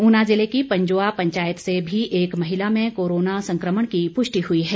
ऊना जिले की पंजोआ पंचायत से भी एक महिला में कोराना संक्रमण की पुष्टि हुई है